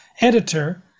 editor